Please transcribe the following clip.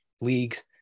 leagues